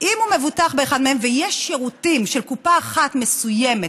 אם הוא מבוטח באחת מהן ויש שירותים של קופה אחת מסוימת,